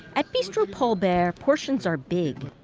at bistrot paul bert, portions are big.